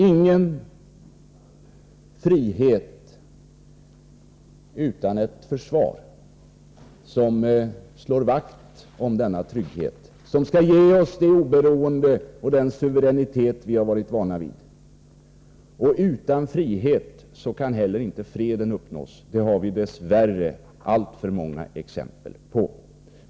Ingen frihet utan ett försvar som slår vakt om vår trygghet och som skall ge oss oberoende och nationell suveränitet. Utan frihet kan heller inte freden uppnås, det har vi dess värre alltför många exempel på.